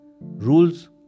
rules